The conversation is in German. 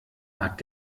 hat